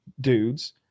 dudes